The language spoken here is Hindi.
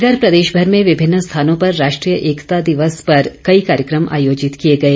इधर प्रदेश भर में विभिन्न स्थानों पर राष्ट्रीय एकता दिवस पर कई कार्यक्रम आयोजित किए गए